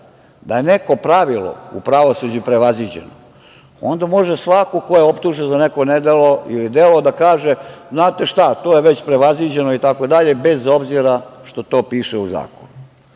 da je neko pravilo u pravosuđu prevaziđeno, onda može svako ko je optužen za neko nedelo ili delo da kaže – znate šta, to je već prevaziđeno itd, bez obzira što to piše u zakonu. Sudija